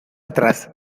atrás